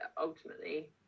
ultimately